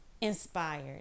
Inspired